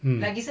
mm